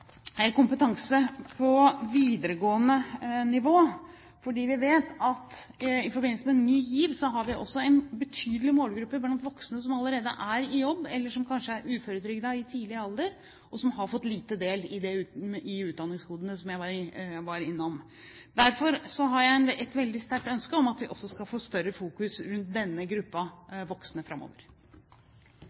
kompetanse på videregående nivå: Vi vet at i forbindelse med Ny GIV har vi også en betydelig målgruppe blant voksne som allerede er i jobb, eller som kanskje er uføretrygdet i tidlig alder, og som har fått ta lite del i utdanningsgodet, som jeg var innom. Derfor har jeg et veldig sterkt ønske om at vi også skal få større fokus rundt denne gruppen voksne framover.